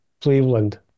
Cleveland